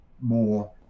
more